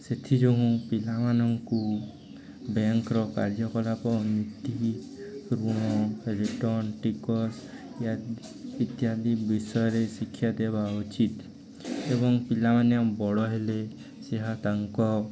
ସେଥିଯୋଗୁଁ ପିଲାମାନଙ୍କୁ ବ୍ୟାଙ୍କର କାର୍ଯ୍ୟକଳାପ ନୀତି ଋଣ ରିଟର୍ଣ୍ଣ ଟିକସ ଇତ୍ୟାଦି ବିଷୟରେ ଶିକ୍ଷା ଦେବା ଉଚିତ ଏବଂ ପିଲାମାନେ ବଡ଼ ହେଲେ ସେ ତାଙ୍କ